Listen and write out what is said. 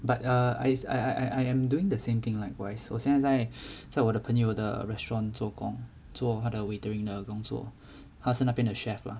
but err I I am doing the same thing likewise 我现在在我的朋友的 restaurant 做工做他的 waitering 的工作他是那边的 chef lah